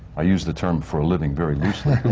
i use the term for a living very loosely.